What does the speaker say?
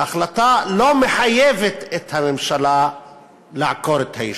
ההחלטה לא מחייבת את הממשלה לעקור את היישוב,